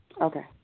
Okay